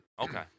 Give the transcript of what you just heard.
Okay